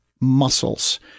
muscles